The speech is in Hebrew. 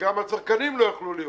וגם הצרכנים לא יוכלו להיות.